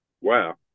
Wow